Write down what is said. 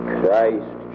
Christ